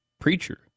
preacher